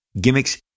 gimmicks